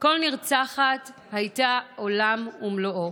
כל נרצחת הייתה עולם ומלואו.